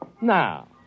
Now